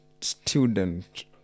student